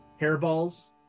Hairballs